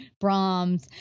Brahms